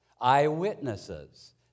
Eyewitnesses